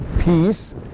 peace